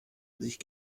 sich